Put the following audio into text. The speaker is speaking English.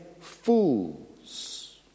fools